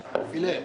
השנים,